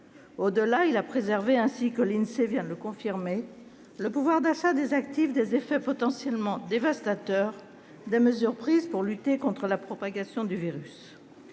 Au-delà, il a préservé, ainsi que l'Insee vient de le confirmer, le pouvoir d'achat des actifs des effets potentiellement dévastateurs des mesures prises pour lutter contre la propagation du virus.